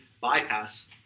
bypass